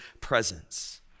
presence